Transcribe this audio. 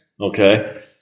Okay